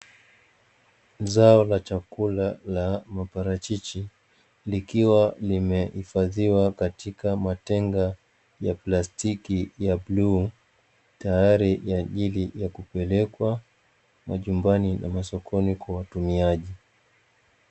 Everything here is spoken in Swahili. Zao la chakula la maparachichi, likiwa limehifadhiwa katika matenga ya plastiki ya bluu, tayari kwa ajili ya kupelekwa majumbani na masokoni kwa watumiaji.